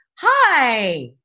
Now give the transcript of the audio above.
Hi